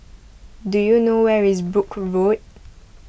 do you know where is Brooke Road